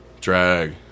Drag